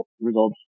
results